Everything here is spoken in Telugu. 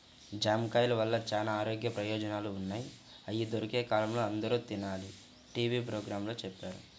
జాంకాయల వల్ల చానా ఆరోగ్య ప్రయోజనాలు ఉన్నయ్, అయ్యి దొరికే కాలంలో అందరూ తినాలని టీవీ పోగ్రాంలో చెప్పారు